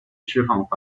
释放